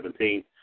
2017